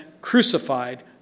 crucified